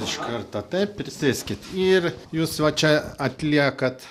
iš karto taip prisėskit ir jūs va čia atliekat